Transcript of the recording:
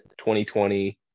2020